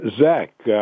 Zach